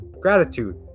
gratitude